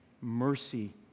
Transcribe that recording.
mercy